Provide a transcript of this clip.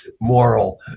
moral